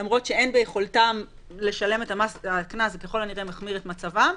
למרות שאין ביכולתם לשלם את הקנס וזה ככל הנראה מחמיר את מצבם,